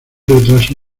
retraso